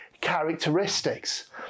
Characteristics